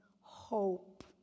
hope